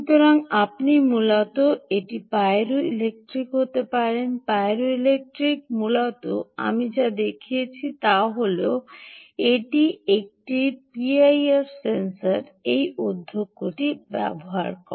সুতরাং আপনি মূলত এটি পাইরোইলেক্ট্রিক হতে পারেন পাইরোইলেক্ট্রিটি মূলত আমি যা দেখিয়েছি তা হল এটি তবে এটির একটি পিআইআর সেন্সর এই অধ্যক্ষটি ব্যবহার করে